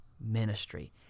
ministry